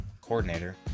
coordinator